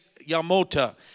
Yamota